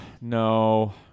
No